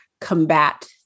combat